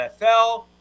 NFL